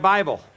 Bible